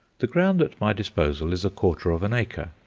the ground at my disposal is a quarter of an acre.